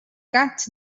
got